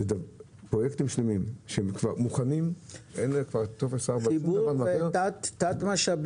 פרויקטים שלמים מוכנים --- תת תשתיות